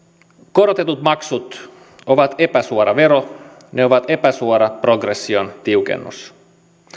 korotetut maksut ovat epäsuora vero ne ovat epäsuora progression tiukennus